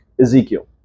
Ezekiel